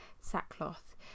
sackcloth